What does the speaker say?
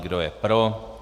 Kdo je pro?